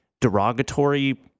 derogatory